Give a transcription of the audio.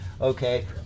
okay